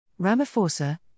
Ramaphosa